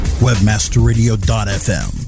Webmasterradio.fm